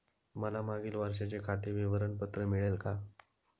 मला मागील वर्षाचे खाते विवरण पत्र मिळेल का?